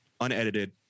unedited